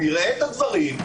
הוא יראה את הדברים,